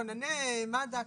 כונני מד"א קיימים,